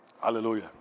hallelujah